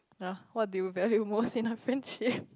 ya what do you value most in a friendship